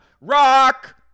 rock